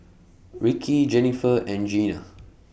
Ricky Jenniffer and Jeana